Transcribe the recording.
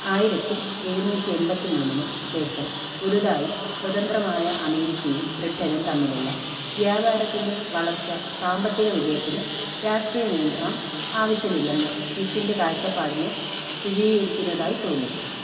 ആയിരത്തി എഴുന്നൂറ്റി എൺപത്തി മൂന്നിന് ശേഷം പുതുതായി സ്വതന്ത്രമായ അമേരിക്കയും ബ്രിട്ടനും തമ്മിലുള്ള വ്യാപാരത്തിന്റെ വളർച്ച സാമ്പത്തിക വിജയത്തിന് രാഷ്ട്രീയ നിയന്ത്രണം ആവശ്യമില്ലെന്ന സ്മിത്തിന്റെ കാഴ്ചപ്പാടിനെ സ്ഥിതീകരിക്കുന്നതായി തോന്നി